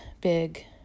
big